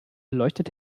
leuchtet